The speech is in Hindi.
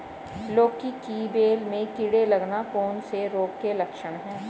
लौकी की बेल में कीड़े लगना कौन से रोग के लक्षण हैं?